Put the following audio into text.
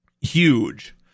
huge